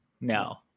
No